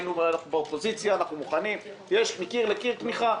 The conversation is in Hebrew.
אנחנו באופוזיציה מוכנים לתמוך,